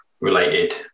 related